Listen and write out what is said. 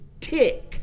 tick